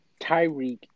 Tyreek